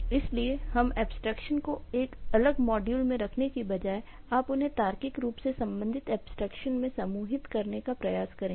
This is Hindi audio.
इसलिए हर एब्स्ट्रेक्शन को एक अलग मॉड्यूल में रखने के बजाय आप उन्हें तार्किक रूप से संबंधित एब्स्ट्रेक्शन में समूहित करने का प्रयास करेंगे